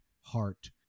heart